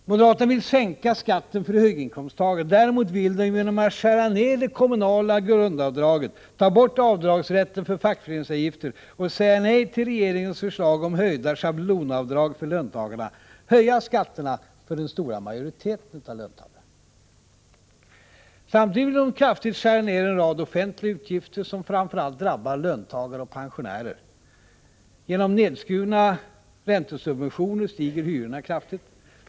Moderaterna vill sänka skatterna för höginkomsttagarna. Däremot vill de — genom att skära ned det kommunala grundavdraget, ta bort rätten till avdrag för fackföreningsavgifter och säga nej till regeringens förslag om höjda schablonavdrag för löntagarna — höja skatterna för den stora majoriteten av löntagarna. Samtidigt vill de kraftigt skära ned en rad offentliga utgifter, vilket framför allt drabbar löntagare och pensionärer. Genom nedskurna räntesubventioner stiger hyrorna kraftigt.